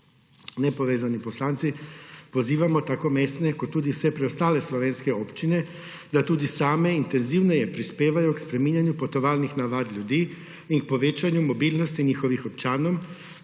Nepovezani poslanci pozivamo tako mestne kot tudi vse preostale slovenske občine, da tudi same intenzivneje prispevajo k spreminjanju potovalnih navad ljudi in k povečanju mobilnosti njihovih občanov,